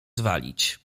zwalić